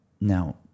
Now